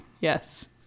Yes